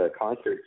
concerts